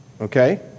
okay